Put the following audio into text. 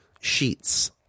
sheets